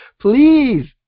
please